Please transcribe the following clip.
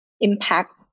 impact